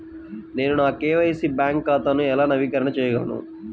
నేను నా KYC bank ఖాతాను ఎలా నవీకరణ చేయగలను?